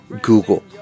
Google